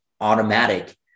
automatic